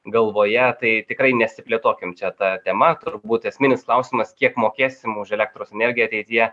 galvoje tai tikrai nesiplėtokim čia ta tema turbūt esminis klausimas kiek mokėsim už elektros energiją ateityje